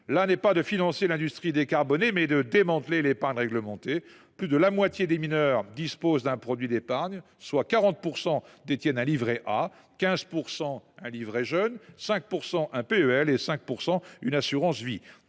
est non pas de financer l’industrie décarbonée, mais de démanteler l’épargne réglementée. Plus de la moitié des mineurs dispose d’un produit d’épargne : 40 % détiennent un livret A, 15 % un livret jeune, 5 % un plan d’épargne